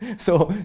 so,